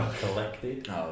collected